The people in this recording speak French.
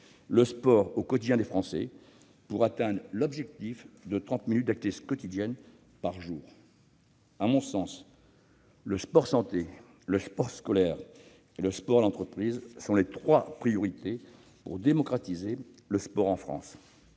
le sport dans le quotidien des Français et atteindre l'objectif de trente minutes d'activité quotidienne. À mon sens, le sport-santé, le sport scolaire et le sport en entreprise sont les trois priorités pour démocratiser le sport en France.